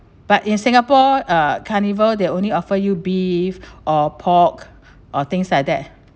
but in singapore uh carnival they only offer you beef or pork or things like that